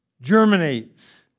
germinates